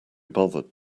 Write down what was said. bothered